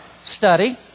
study